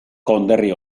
konderri